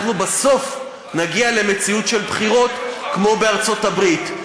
אנחנו בסוף נגיע למציאות של בחירות כמו בארצות-הברית,